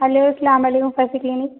hello السلام علیکم clinic